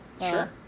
Sure